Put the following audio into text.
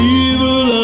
evil